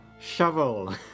shovel